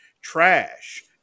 trash